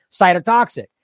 cytotoxic